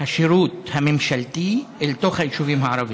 השירות הממשלתי אל תוך היישובים הערביים,